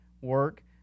work